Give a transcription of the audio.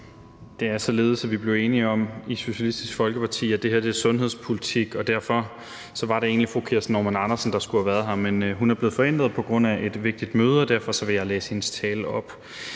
Det er således, at vi i Socialistisk Folkeparti blev enige om, at det her er sundhedspolitik, og derfor var det egentlig fru Kirsten Normann Andersen, der skulle have været her. Men hun er blevet forhindret på grund af et vigtigt møde, og derfor vil jeg læse hendes tale op.